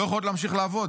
לא יכולות להמשיך לעבוד.